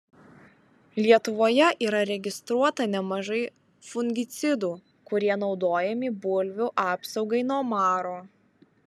lietuvoje yra registruota nemažai fungicidų kurie naudojami bulvių apsaugai nuo maro